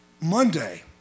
Monday